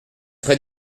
très